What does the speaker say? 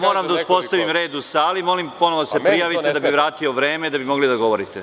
Moram da uspostavim red u sali, molim ponovo da se prijavite, da bi vratio vreme da bi mogli da govorite.